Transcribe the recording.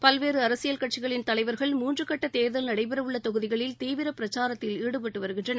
பல்வேறு அரசியல் கட்சிகளின் தலைவர்கள் மூன்றுகட்ட தேர்தல் நடைபெற உள்ள தொகுதிகளில் தீவிர பிரச்சாரத்தில் ஈடுபட்டு வருகின்றனர்